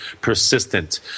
persistent